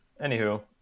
Anywho